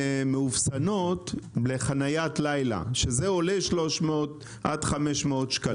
ומאופסנות לחניית לילה שזה עולה 500-300 שקלים.